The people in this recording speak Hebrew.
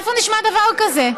איפה נשמע דבר כזה?